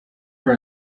for